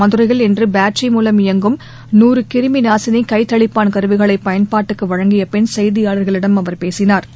மதுரையில் இன்று பேட்டரி மூலம் இயங்கும் நூறு கிருமிநாசினி கைத்தெளிப்பான் கருவிகளை பயன்பாட்டுக்கு வழங்கிய பின் செய்தியாளா்களிடம் அவா் பேசினாா்